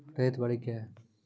रैयत बाड़ी क्या हैं?